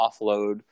offload